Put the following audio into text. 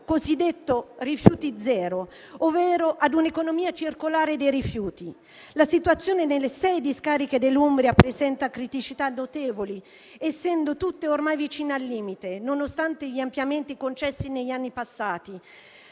cosiddetto rifiuti zero, ovvero ad un'economia circolare dei rifiuti. La situazione nelle sei discariche dell'Umbria presenta criticità notevoli, essendo tutte ormai vicino al limite, nonostante gli ampliamenti concessi negli anni passati